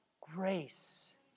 grace